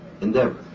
endeavor